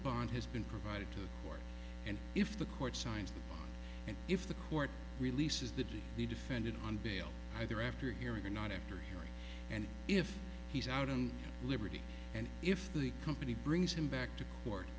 bond has been provided to court and if the court signed and if the court release is that the defendant on bail either after hearing or not after hearing and if he's out on liberty and if the company brings him back to court